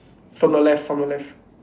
from the left from the left